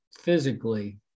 physically